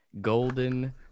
Golden